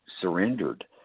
surrendered